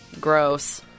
gross